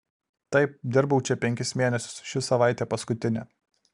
taip dirbau čia penkis mėnesius ši savaitė paskutinė